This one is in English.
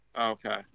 Okay